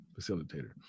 facilitator